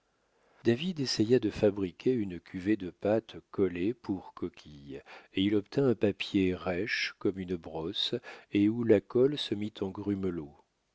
david essaya de fabriquer une cuvée de pâte collée pour coquille et il obtint un papier rêche comme une brosse et où la colle se mit en